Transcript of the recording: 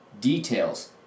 details